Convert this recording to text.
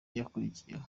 yakurikijeho